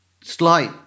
slight